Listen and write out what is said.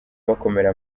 bakomera